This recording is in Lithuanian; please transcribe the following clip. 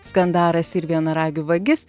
skandaras ir vienaragių vagis